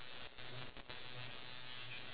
iya true